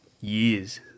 years